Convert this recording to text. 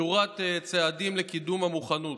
שורת צעדים לקידום המוכנות.